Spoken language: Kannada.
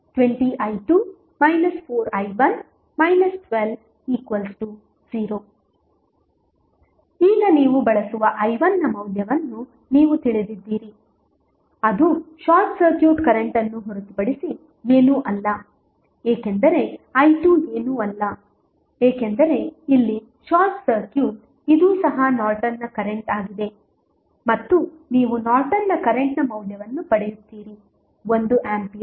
20i2 4i1 120 ಈಗ ನೀವು ಬಳಸುವ i1 ನ ಮೌಲ್ಯವನ್ನು ನೀವು ತಿಳಿದಿದ್ದೀರಿ ಅದು ಶಾರ್ಟ್ ಸರ್ಕ್ಯೂಟ್ ಕರೆಂಟ್ ಅನ್ನು ಹೊರತುಪಡಿಸಿ ಏನೂ ಅಲ್ಲ ಏಕೆಂದರೆ i2 ಏನೂ ಅಲ್ಲ ಏಕೆಂದರೆ ಇಲ್ಲಿ ಶಾರ್ಟ್ ಸರ್ಕ್ಯೂಟ್ ಇದೂ ಸಹ ನಾರ್ಟನ್ನ ಕರೆಂಟ್ ಆಗಿದೆ ಮತ್ತು ನೀವು ನಾರ್ಟನ್ನ ಕರೆಂಟ್ನ ಮೌಲ್ಯವನ್ನು ಪಡೆಯುತ್ತೀರಿ 1 ಆಂಪಿಯರ್